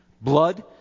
Blood